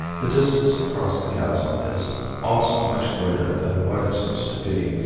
the distance across the chasm is also much greater than what it seems to be,